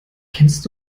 kennst